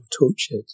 tortured